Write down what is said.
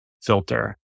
filter